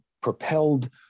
propelled